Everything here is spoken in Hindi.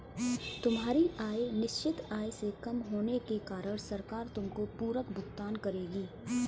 तुम्हारी आय निश्चित आय से कम होने के कारण सरकार तुमको पूरक भुगतान करेगी